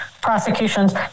prosecutions